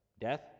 Death